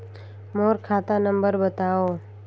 मोर खाता नम्बर बताव?